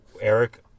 Eric